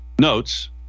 notes